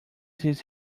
his